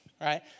right